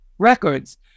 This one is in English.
Records